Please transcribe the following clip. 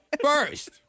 First